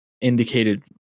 indicated